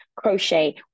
Crochet